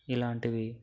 ఇలాంటివి